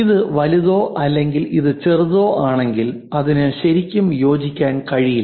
ഇത് വലുതോ അല്ലെങ്കിൽ ഇത് ചെറുതോ ആണെങ്കിൽ അതിന് ശരിക്കും യോജിക്കാൻ കഴിയില്ല